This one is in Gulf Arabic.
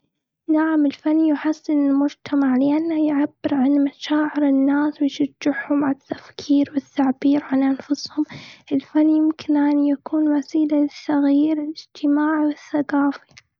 نعم، الفن يحسن المجتمع. لإنه يعبر عن مشاعر الناس، ويشجعهم على التفكير والتعبير عن أنفسهم، الفن ممكن أن يكون وسيلة للتغيير الإجتماعي والثقافي.